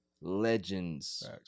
legends